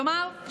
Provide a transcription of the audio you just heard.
כלומר,